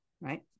right